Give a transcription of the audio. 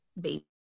baby